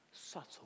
subtle